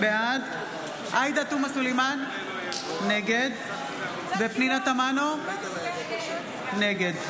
בעד עאידה תומא סלימאן, נגד פנינה תמנו, נגד